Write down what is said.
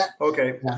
Okay